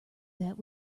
that